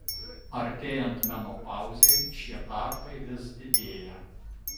artėjant menopauzei šie tarpai vis didėja